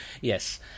Yes